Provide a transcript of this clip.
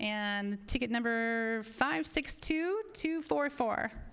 and ticket number five six two two four four